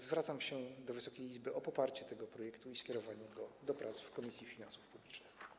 Zwracam się do Wysokiej Izby o poparcie tego projektu i skierowanie go do prac w Komisji Finansów Publicznych.